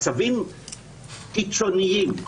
מצבים קיצוניים.